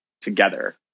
together